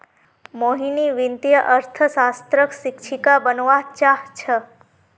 मोहिनी वित्तीय अर्थशास्त्रक शिक्षिका बनव्वा चाह छ